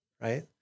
right